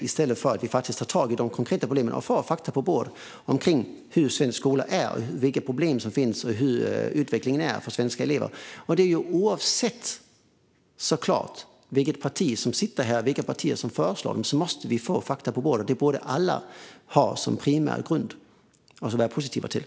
I stället behöver vi ta tag i de konkreta problemen och få fakta på bordet om hur svensk skola är, vilka problem som finns och hur utvecklingen är för svenska elever. Oavsett vilka partier som föreslår detta måste vi få fakta på bordet. Det borde alla ha som primär grund och vara positiva till.